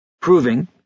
proving